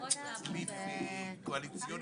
כל אחד וההשל"ה שלו.